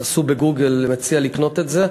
תעשו בגוגל, אני מציע לקנות את זה.